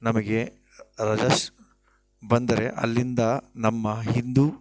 ನಮಗೆ ರಜ ಬಂದರೆ ಅಲ್ಲಿಂದ ನಮ್ಮ ಹಿಂದೂ